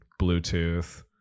Bluetooth